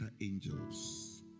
angels